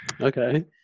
Okay